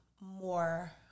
more